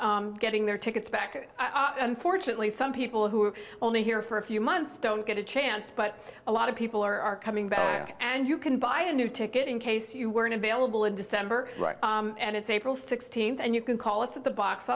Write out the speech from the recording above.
about getting their tickets back unfortunately some people who only here for a few months don't get a chance but a lot of people are are coming back and you can buy a new ticket in case you weren't available in december right and it's april sixteenth and you can call us at the box